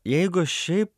jeigu šiaip